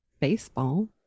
baseball